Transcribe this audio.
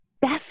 best